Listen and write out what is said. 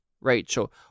Rachel